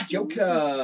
Joker